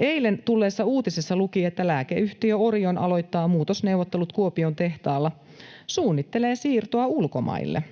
Eilen tulleessa uutisessa luki, että lääkeyhtiö Orion aloittaa muutosneuvottelut Kuopion tehtaalla, suunnittelee siirtoa ulkomaille.